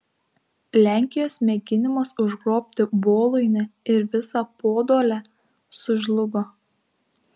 lenkijos mėginimas užgrobti voluinę ir visą podolę sužlugo